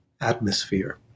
atmosphere